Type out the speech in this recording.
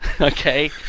Okay